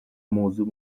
موضوع